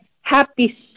happy